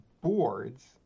boards